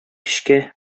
көчкә